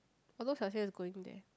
I thought Xiao-Xian is going to there